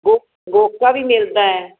ਗੋ ਗੋਕਾ ਵੀ ਮਿਲਦਾ ਹੈ